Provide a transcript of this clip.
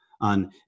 on